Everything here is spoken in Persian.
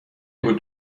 بود